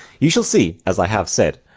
you shall see, as i have said,